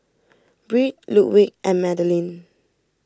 Britt Ludwig and Madilyn